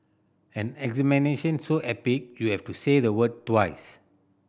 an examination so epic you have to say the word twice